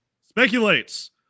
speculates